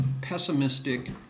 pessimistic